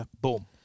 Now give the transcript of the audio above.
Boom